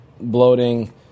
bloating